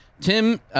Tim